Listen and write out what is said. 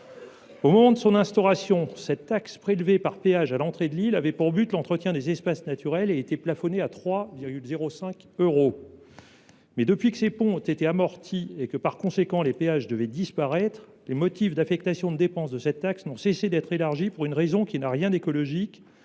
Au moment de son instauration, cette taxe prélevée par péage à l’entrée de l’île avait pour but l’entretien des espaces naturels et était plafonnée à 3,05 euros. Mais, depuis que ces ponts ont été amortis et que, par conséquent, les péages devaient disparaître, les motifs d’affectation de dépenses de cette taxe n’ont cessé d’être élargis, et ce pour une raison qui n’a rien d’écologique